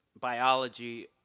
biology